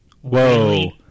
Whoa